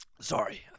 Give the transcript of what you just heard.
Sorry